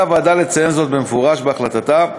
על הוועדה לציין זאת במפורש בהחלטתה,